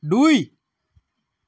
দুই